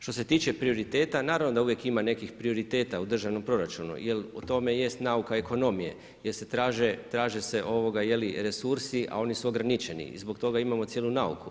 Što se tiče prioriteta, naravno da uvijek ima nekih prioriteta u državnom proračunu jel u tome jest nauka ekonomije jer se traže resursi, a oni su ograničeni i zbog toga imamo cijelu nauku.